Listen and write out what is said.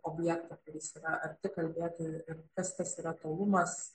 objektą kuris yra arti kalbėtojų ir kas tas yra tolumas